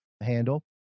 handle